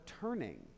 turning